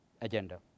agenda